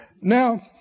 Now